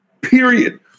Period